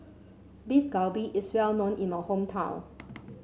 Beef Galbi is well known in my hometown